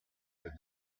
had